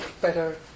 better